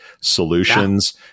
solutions